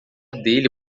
dele